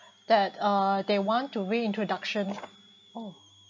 that uh they want to re-introduction oh